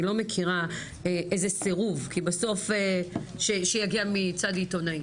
אני לא מכירה איזה סירוב שיגיע מצד עיתונאי.